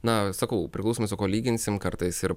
na sakau priklausomai su kuo lyginsim kartais ir